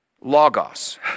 logos